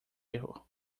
erro